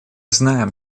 знаем